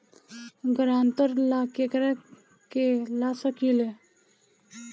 ग्रांतर ला केकरा के ला सकी ले?